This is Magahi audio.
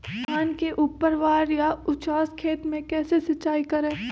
धान के ऊपरवार या उचास खेत मे कैसे सिंचाई करें?